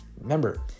remember